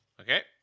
Okay